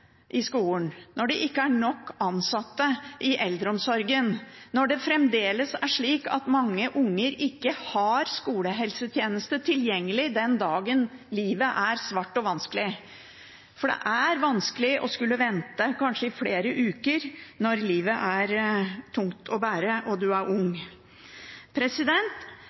i skolen, når det ikke er nok ansatte i eldreomsorgen, og når det fremdeles er slik at mange unger ikke har skolehelsetjeneste tilgjengelig den dagen livet er svart og vanskelig. Det er vanskelig å skulle vente kanskje i flere uker når livet er tungt å bære og man er ung.